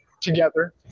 together